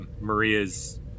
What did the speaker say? Maria's